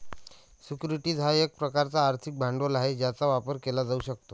securities हा एक प्रकारचा आर्थिक भांडवल आहे ज्याचा व्यापार केला जाऊ शकतो